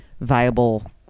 viable